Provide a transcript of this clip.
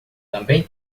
também